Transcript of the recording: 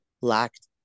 lacked